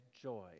joy